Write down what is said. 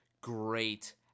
great